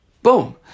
Boom